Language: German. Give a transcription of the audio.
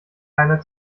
keiner